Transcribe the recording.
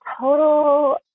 total